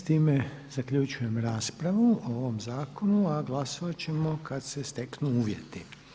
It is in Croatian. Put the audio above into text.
S time zaključujem raspravu o ovom zakonu, a glasovat ćemo kad se steknu uvjeti.